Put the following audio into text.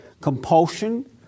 compulsion